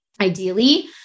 ideally